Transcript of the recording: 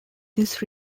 this